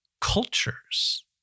cultures